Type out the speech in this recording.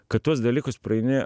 kad tuos dalykus praeini